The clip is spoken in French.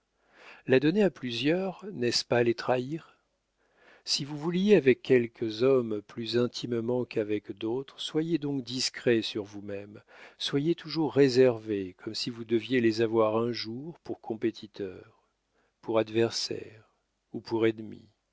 la donner à plusieurs n'est-ce pas les trahir si vous vous liez avec quelques hommes plus intimement qu'avec d'autres soyez donc discret sur vous-même soyez toujours réservé comme si vous deviez les avoir un jour pour compétiteurs pour adversaires ou pour